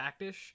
Factish